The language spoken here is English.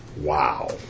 Wow